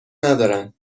ندارند